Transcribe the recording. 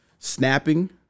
Snapping